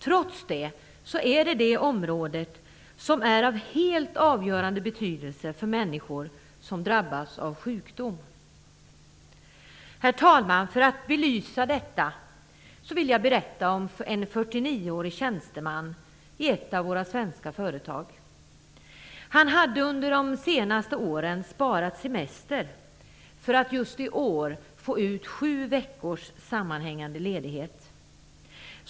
Trots det är det ett område som är av helt avgörande betydelse för människor som drabbas av sjukdom. Herr talman! För att belysa detta vill jag berätta om en 49-årig tjänsteman i ett av våra svenska företag. Han hade under de senaste åren sparat semester för att just i år få ut sju veckors sammanhängande ledighet.